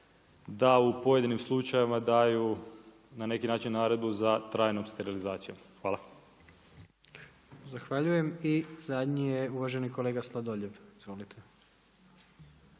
da u pojedinim slučajevima daju na neki način naredbu za trajnom sterilizacijom. Hvala. **Jandroković, Gordan (HDZ)** Zahvaljujem. I zadnji je uvaženi kolega Sladoljev. Izvolite.